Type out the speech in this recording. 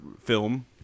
film